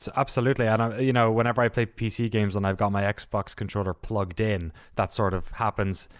so absolutely, and you know whenever i play pc games and i've got my xbox controller plugged in that sort of happens.